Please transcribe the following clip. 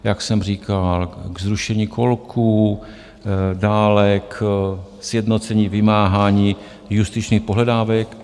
Jak jsem říkal, k zrušení kolků, dále k sjednocení vymáhání justičních pohledávek.